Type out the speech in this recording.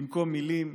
במקום מילים,